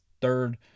third